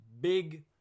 big